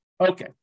Okay